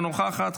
אינה נוכחת,